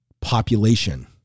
population